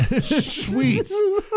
Sweet